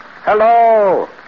Hello